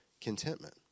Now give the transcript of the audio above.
contentment